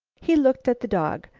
he looked at the dog.